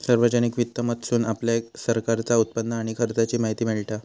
सार्वजनिक वित्त मधसून आपल्याक सरकारचा उत्पन्न आणि खर्चाची माहिती मिळता